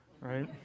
right